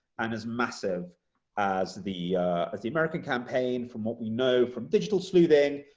and as massive as the as the american campaign. from what we know from digital sleuthing,